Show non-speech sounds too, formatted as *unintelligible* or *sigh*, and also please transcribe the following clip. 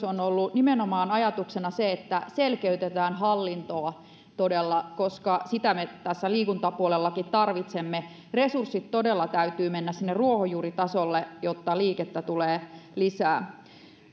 *unintelligible* on ollut nimenomaan ajatuksena se että todella selkeytetään hallintoa koska sitä me liikuntapuolellakin tarvitsemme resurssien todella täytyy mennä sinne ruohonjuuritasolle jotta liikettä tulee lisää